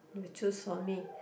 you choose for me